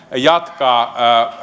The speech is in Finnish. jatkaa